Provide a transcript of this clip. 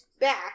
back